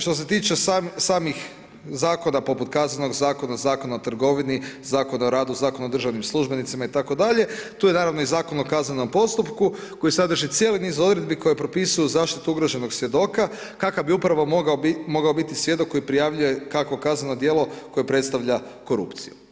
Što se tiče samih zakona, poput Kaznenog zakona, Zakona o trgovini, Zakona o radu, Zakona o državnim službenicima, itd. tu je naravno i Zakon o kazanom postupku, koji sadrži cijeli niz odredbi, koji propisuje zaštitu ugroženog svjedoka, kakav bi upravo mogao biti svjedok, koji prijavljuje kako kazneno djelo, koje predstavlja korupciju.